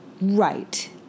Right